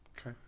okay